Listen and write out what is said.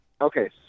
Okay